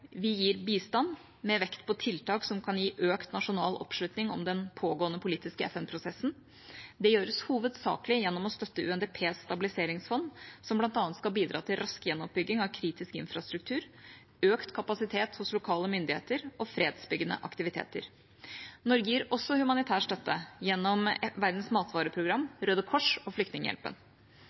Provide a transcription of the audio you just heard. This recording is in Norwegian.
Vi gir bistand, med vekt på tiltak som kan gi økt nasjonal oppslutning om den pågående politiske FN-prosessen. Dette gjøres hovedsakelig gjennom å støtte UNDPs stabiliseringsfond, som bl.a. skal bidra til rask gjenoppbygging av kritisk infrastruktur, økt kapasitet hos lokale myndigheter og fredsbyggende aktiviteter. Norge gir også humanitær støtte gjennom Verdens matvareprogram, Røde Kors og Flyktninghjelpen.